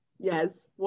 Yes